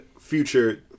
Future